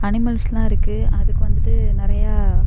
அனிமல்ஸ்லாம் இருக்குது அதுக்கு வந்துட்டு நிறையா